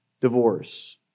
divorce